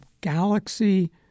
galaxy